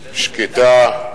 שקטה.